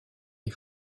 est